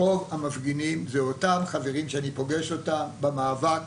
רוב המפגינים הם אותם חברים שאני פוגש אותם במאבק